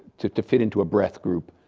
to to fit into a breadth group.